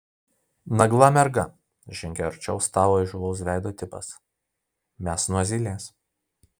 nagla merga žengė arčiau stalo įžūlaus veido tipas mes nuo zylės